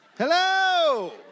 Hello